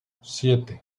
siete